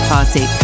Party